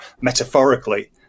metaphorically